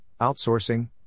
outsourcing